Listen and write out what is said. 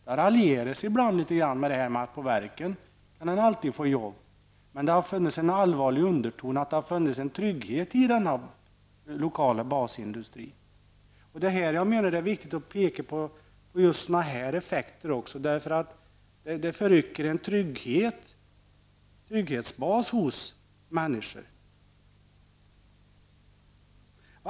Det raljeras ibland med att på ''Verken'' kan man alltid få jobb, men det har funnits en allvarlig underton, att det har inneburit en trygghet att ha denna lokala basindustri. Jag menar att det är viktigt att peka på sådana effekter också. En nedläggning rycker undan den trygghetsbas som människorna har haft.